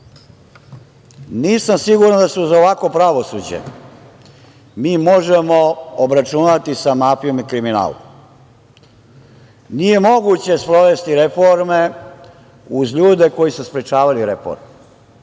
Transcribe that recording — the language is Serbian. siguran da su za ovakvo pravosuđe. Mi možemo se obračunati mafijom i kriminalom. Nije moguće sprovesti reforme uz ljude koji su sprečavali reforme.